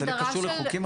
זה קשור לחוקים אחרים.